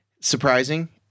surprising